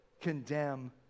condemn